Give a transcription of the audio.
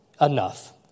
Enough